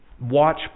watch